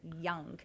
young